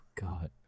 God